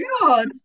god